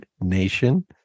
nation